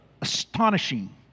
astonishing